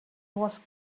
was